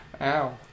Ow